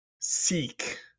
seek